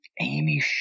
Amy